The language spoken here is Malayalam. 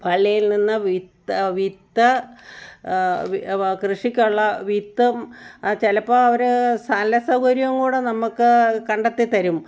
പള്ളിയിൽ നിന്ന് വിത്ത് അ വിത്ത് കൃഷിക്കുള്ള വിത്തും ആ ചിലപ്പോൾ അവർ സ്ഥല സൗകര്യവും കൂടി നമുക്ക് കണ്ടെത്തിത്തരും